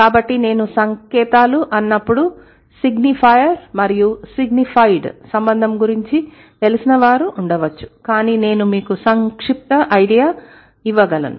కాబట్టినేను సంకేతాలు అన్నప్పుడు సిగ్నిఫైర్ మరియు సిగ్నిఫైడ్ సంబంధం గురించి తెలిసిన వారు ఉండవచ్చు కానీ నేను మీకు సంక్షిప్త ఐడియా ఇవ్వగలను